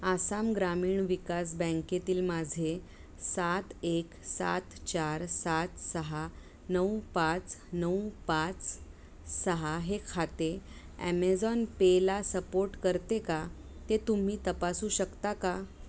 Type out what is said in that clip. आसाम ग्रामीण विकास बँकेतील माझे सात एक सात चार सात सहा नऊ पाच नऊ पाच सहा हे खाते ॲमेझॉन पेला सपोर्ट करते का ते तुम्ही तपासू शकता का